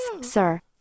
sir